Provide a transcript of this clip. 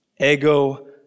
Ego